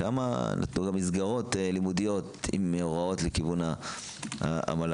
שם נתנו גם מסגרות לימודיות עם הוראות לכיוון המל"ג,